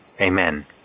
Amen